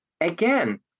again